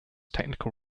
technical